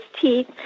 teeth